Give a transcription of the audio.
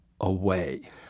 away